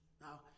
Now